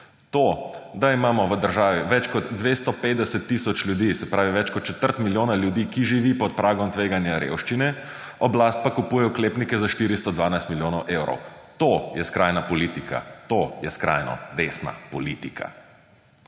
to, da imamo v državi več kot 250 tisoč ljudi, se pravi, več kot četrt milijona ljudi, ki živijo pod pragom tveganja revščine, oblast pa kupuje oklepnike za 412 milijonov evrov. To je skrajna politika, to je skrajno desna politika!